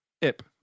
ip